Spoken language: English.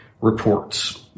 reports